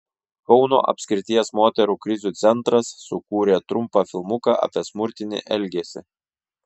kauno apskrities moterų krizių centras sukūrė trumpą filmuką apie smurtinį elgesį